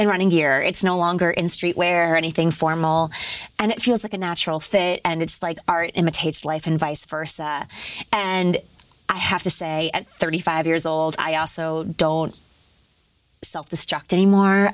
and running here it's no longer in street where anything formal and it feels like a natural thing and it's like art imitates life and vice versa and i have to say at thirty five years old i also don't self destruct anymore